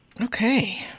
Okay